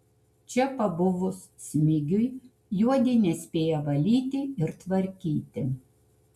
čia pabuvus smigiui juodė nespėja valyti ir tvarkyti